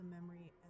memory